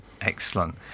Excellent